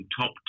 top